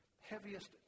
heaviest